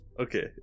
Okay